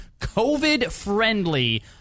COVID-friendly